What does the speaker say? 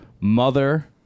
mother